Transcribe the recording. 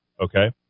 okay